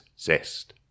zest